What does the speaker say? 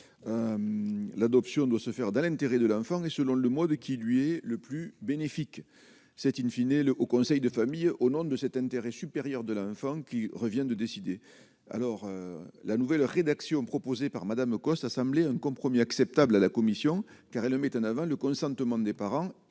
l'adoption doit se faire dans l'intérêt de l'enfant et, selon le mot de qui lui est le plus bénéfique, c'est in fine et le Haut conseil de famille au nom de cet intérêt supérieur de l'enfant qu'il revient de décider alors la nouvelle rédaction proposée par Madame Cosse semblé un compromis acceptable, à la Commission, car le méthane avant le consentement des parents